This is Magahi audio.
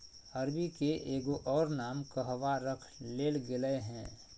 अरबी के एगो और नाम कहवा रख देल गेलय हें